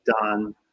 done